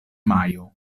majo